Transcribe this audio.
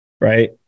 Right